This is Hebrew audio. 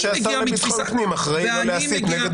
כמו שהשר לביטחון פנים אחראי לא להסית נגד